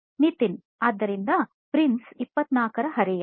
ನಿತಿನ್ ಆದ್ದರಿಂದ ಪ್ರಿನ್ಸ್ 24 ರ ಹರೆಯ